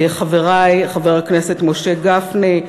חברי חבר הכנסת משה גפני,